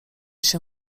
się